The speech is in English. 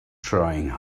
trying